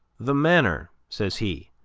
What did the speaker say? the manner, says he,